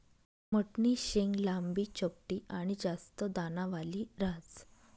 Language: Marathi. मठनी शेंग लांबी, चपटी आनी जास्त दानावाली ह्रास